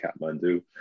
Kathmandu